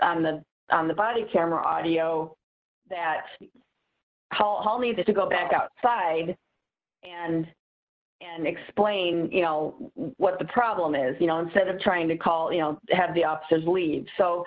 in the on the body camera audio that hall needed to go back outside and and explain you know what the problem is you know instead of trying to call you know have the option to leave so